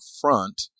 front